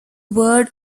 word